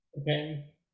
Okay